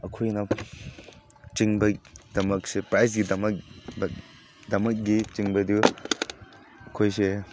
ꯑꯩꯈꯣꯏꯅ ꯆꯦꯟꯕꯒꯤꯗꯃꯛꯁꯦ ꯄ꯭ꯔꯥꯏꯖꯀꯤꯗꯃꯛ ꯗꯃꯛꯀꯤ ꯆꯦꯟꯕꯗꯨ ꯑꯩꯈꯣꯏꯁꯦ